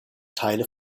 teile